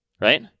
right